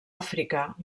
àfrica